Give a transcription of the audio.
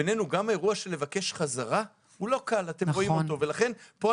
גם הבקשות להחזרים הם לא קלות וכאן אני